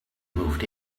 moved